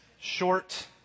short